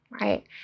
right